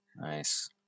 Nice